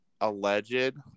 alleged